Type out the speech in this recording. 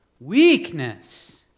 Weakness